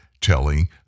telling